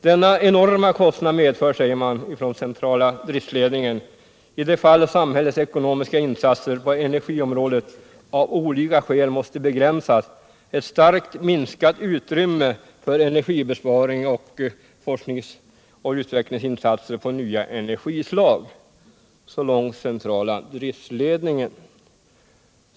Denna enorma kostnad medför, säger centrala driftledningen, i det fall samhällets ekonomiska insatser på energiområdet av olika skäl måste begränsas, ett starkt minskat utrymme för energibesparing och forskningsoch utvecklingsinsatser på nya energislag. Så långt centrala driftledningen.